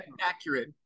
accurate